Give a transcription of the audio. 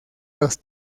los